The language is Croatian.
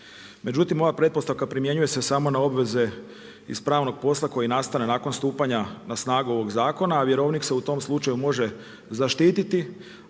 Međutim, ova pretpostavka primjenjuju se samo na obveze iz pravnog posla koja nastaje nakon stupanja na snagu ovoga zakona, a vjerovnik se u tom slučaju može zaštiti